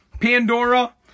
Pandora